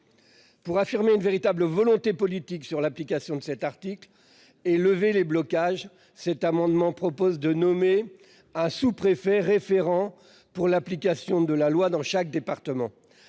Pour affirmer une véritable volonté politique sur l'application de cet article et lever les blocages, cet amendement vise à ce que soit nommé un sous-préfet référent pour l'application de la loi dans chaque département.